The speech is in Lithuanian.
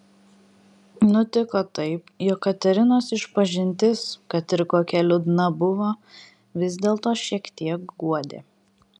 nutiko taip jog katerinos išpažintis kad ir kokia liūdna buvo vis dėlto šiek tiek guodė